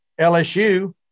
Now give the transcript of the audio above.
LSU